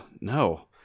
no